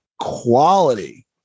quality